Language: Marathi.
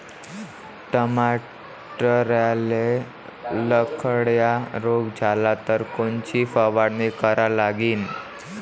टमाट्याले लखड्या रोग झाला तर कोनची फवारणी करा लागीन?